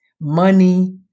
money